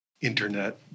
internet